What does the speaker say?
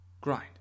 grind